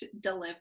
deliver